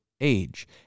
age